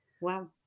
wow